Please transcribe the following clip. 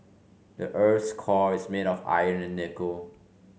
the earth's core is made of iron and nickel